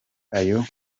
ayo